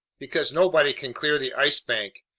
because nobody can clear the ice bank.